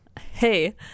Hey